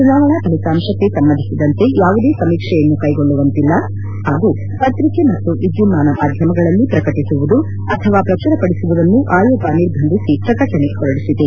ಚುನಾವಣಾ ಫಲಿತಾಂಶಕ್ಷೆ ಸಂಬಂಧಿಸಿದಂತೆ ಯಾವುದೇ ಸಮೀಕ್ಷೆಯನ್ನು ಕೈಗೊಳ್ಳುವಂತಿಲ್ಲ ಹಾಗೂ ಪ್ರಕಿಕೆ ಮತ್ತು ವಿದ್ದುನ್ನಾನ ಮಾಧ್ಯಮಗಳಲ್ಲಿ ಪ್ರಕಟಿಸುವುದು ಅಥವಾ ಪ್ರಚುರಪಡಿಸುವುದನ್ನು ಆಯೋಗ ನಿರ್ಬಂಧಿಸಿ ಪ್ರಕಟಣೆ ಹೊರಡಿಸಿದೆ